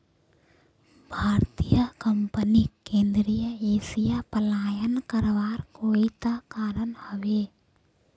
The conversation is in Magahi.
भारतीय कंपनीक केंद्रीय एशिया पलायन करवार कोई त कारण ह बे